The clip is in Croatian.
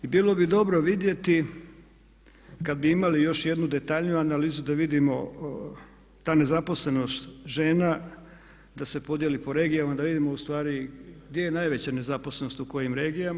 Bilo bi dobro vidjeti kad bi imali još jednu detaljniju analizu da vidimo ta nezaposlenost žena da se podijeli po regijama da vidimo ustvari gdje je najveća nezaposlenost u kojim regijama.